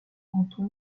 anton